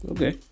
Okay